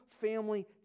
family